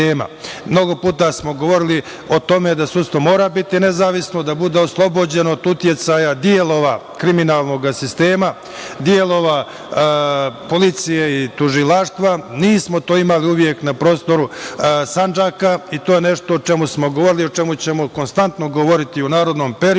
puta smo govorili o tome da sudstvo mora biti nezavisno, da bude oslobođeno uticaja delova kriminalnog sistema, delova policije i tužilaštva. Nismo to imali uvek na prostoru Sandžaka. To je nešto o čemu smo govorili i o čemu ćemo konstantno govoriti u narednom periodu